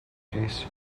case